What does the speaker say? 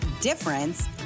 difference